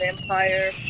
Empire